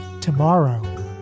tomorrow